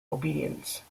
obedience